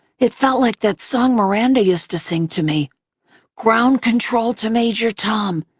it felt like that song miranda used to sing to me ground control to major tom,